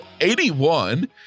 81